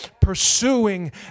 pursuing